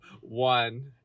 one